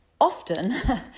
often